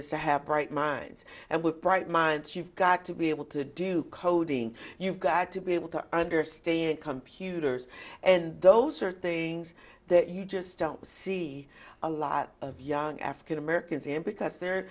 has to happen right minds and with bright minds you've got to be able to do coding you've got to be able to understand computers and those are things that you just don't see a lot of young african americans in because they're